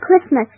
Christmas